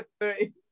three